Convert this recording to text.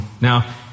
Now